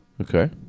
Okay